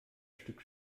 stück